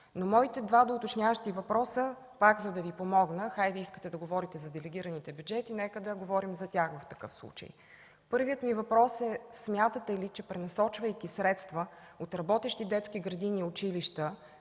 Моите два доуточняващи въпроса – пак за да Ви помогна. Хайде, искате да говорите за делегираните бюджети, нека да говорим за тях в такъв случай. Първият ми въпрос е: смятате ли, че, пренасочвайки средства от работещи детски градини и училища